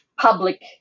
public